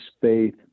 faith